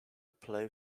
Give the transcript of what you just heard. play